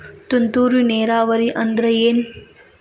ತುಂತುರು ನೇರಾವರಿ ಅಂದ್ರ ಏನ್?